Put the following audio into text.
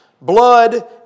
blood